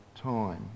time